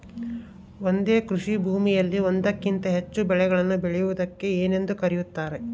ಒಂದೇ ಕೃಷಿಭೂಮಿಯಲ್ಲಿ ಒಂದಕ್ಕಿಂತ ಹೆಚ್ಚು ಬೆಳೆಗಳನ್ನು ಬೆಳೆಯುವುದಕ್ಕೆ ಏನೆಂದು ಕರೆಯುತ್ತಾರೆ?